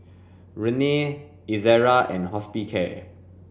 Rene Ezerra and Hospicare